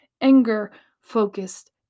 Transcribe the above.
anger-focused